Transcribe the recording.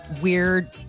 weird